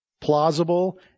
plausible